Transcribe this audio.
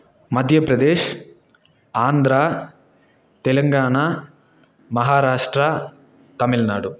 Madhya Pradesh Andhra Telangana Maharashtra Tamil Nadu